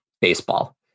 baseball